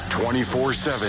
24-7